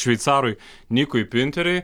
šveicarui nikui piunteriui